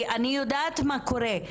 אני יודעת מה קורה: